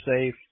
safe